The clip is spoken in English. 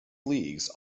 leagues